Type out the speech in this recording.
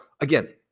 again